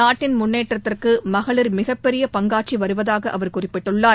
நாட்டின் முன்னேற்றத்திற்கு மகளிர் மிகப்பெரிய பங்காற்றி வருவதாக அவர் குறிப்பிட்டுள்ளார்